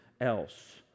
else